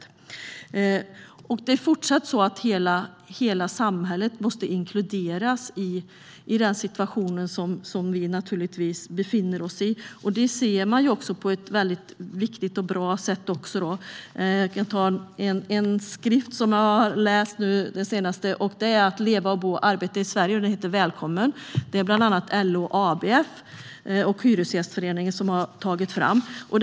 Det är fortsatt så att hela samhället måste inkluderas i den situation som vi befinner oss i. En skrift som jag har läst om att leva, bo och arbeta i Sverige heter Välkommen! Det är bland andra LO, ABF och Hyresgästföreningen som har tagit fram den.